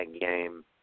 game